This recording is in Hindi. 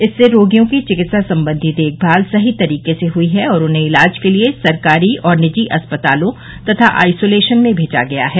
इससे रोगियों की चिकित्सा संबंधी देखभाल सही तरीके से हई है और उन्हें इलाज के लिए सरकारी और निजी अस्पतालों तथा आइसोलेशन में भेजा गया है